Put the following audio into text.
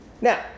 Now